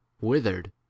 withered